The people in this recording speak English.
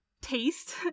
Taste